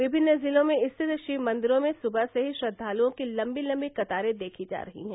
विभिन्न जिलों में स्थित शिव मंदिरों में सुबह से ही श्रद्वालुओं की लम्बी लम्बी कतारें देखी जा रही है